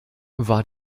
war